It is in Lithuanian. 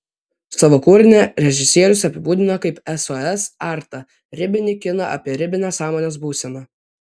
savo kūrinį režisierius apibūdina kaip sos artą ribinį kiną apie ribinę sąmonės būseną